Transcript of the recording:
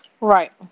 Right